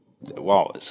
Wow